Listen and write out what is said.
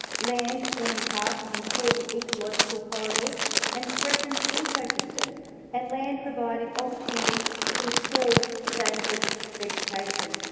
land forming parts of important ecological corridors and threatened ecosystem and land providing opportunity to restore endangered vegetation.